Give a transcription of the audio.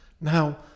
now